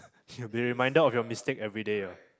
should be reminded of your mistake everyday ah